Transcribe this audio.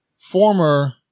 former